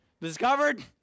discovered